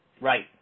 Right